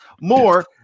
more